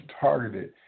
targeted